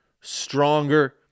stronger